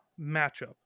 matchup